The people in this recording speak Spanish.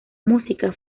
música